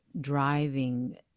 driving